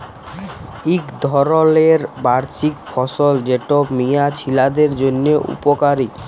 ইক ধরলের বার্ষিক ফসল যেট মিয়া ছিলাদের জ্যনহে উপকারি